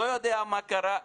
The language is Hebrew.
לא יודע מה קרה,